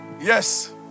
yes